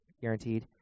guaranteed